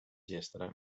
yesterday